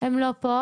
הם לא פה.